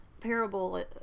parable